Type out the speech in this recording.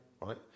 right